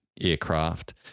aircraft